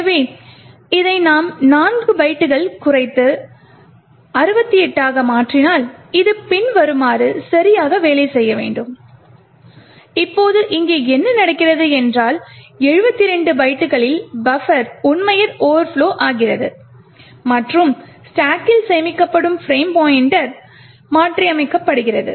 எனவே இதை நாம் 4 பைட்டுகள் குறைத்து 68 ஆக மாற்றினால் இது பின்வருமாறு சரியாக வேலை செய்ய வேண்டும் இப்போது இங்கே என்ன நடக்கிறது என்றால் 72 பைட்டுகளில் பஃபர் உண்மையில் ஓவர்ப்லொ ஆகிறது மற்றும் ஸ்டாக்கில் சேமிக்கப்படும் பிரேம் பாய்ண்ட்டர் மாற்றியமைக்கப்படுகிறது